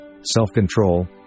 self-control